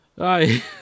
Aye